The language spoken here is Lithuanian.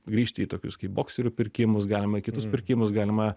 grįžti į tokius kaip bokserių pirkimus galima į kitus pirkimus galima